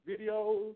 videos